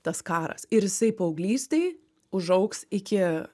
tas karas ir jisai paauglystėj užaugs iki